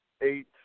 eight